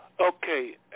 Okay